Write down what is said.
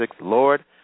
Lord